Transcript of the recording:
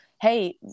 hey